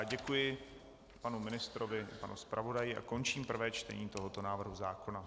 Děkuji panu ministrovi i panu zpravodaji a končím prvé čtení tohoto návrhu zákona.